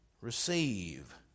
receive